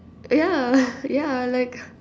yeah yeah like